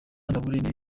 niyo